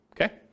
Okay